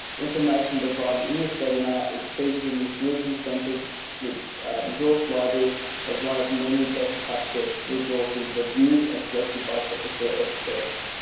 information provided in this webinar is featured in the solution center's resource library as one of many best practice resources reviewed and selected by technical experts.